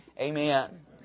Amen